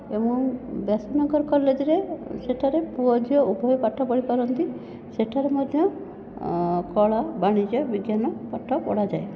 ଏବଂ ବ୍ୟାସନଗର କଲେଜରେ ସେଠାରେ ପୁଅ ଝିଅ ଉଭୟ ପାଠ ପଢ଼ି ପାରନ୍ତି ସେଠାରେ ମଧ୍ୟ କଳା ବାଣିଜ୍ୟ ବିଜ୍ଞାନ ପାଠ ପଢ଼ାଯାଏ